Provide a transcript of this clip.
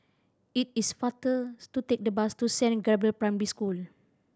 it is to take the bus to Saint Gabriel Primary School